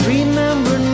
Remember